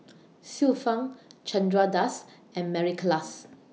Xiu Fang Chandra Das and Mary Klass